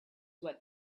what